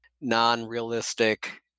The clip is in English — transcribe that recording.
non-realistic